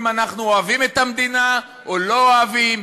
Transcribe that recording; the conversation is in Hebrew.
אם אנחנו אוהבים את המדינה או לא אוהבים,